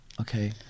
Okay